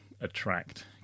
attract